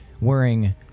wearing